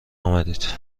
آمدید